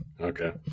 Okay